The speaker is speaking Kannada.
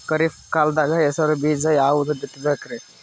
ಖರೀಪ್ ಕಾಲದಾಗ ಹೆಸರು ಬೀಜ ಯಾವದು ಬಿತ್ ಬೇಕರಿ?